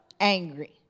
angry